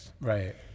right